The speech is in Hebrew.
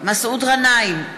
מסעוד גנאים,